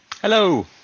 Hello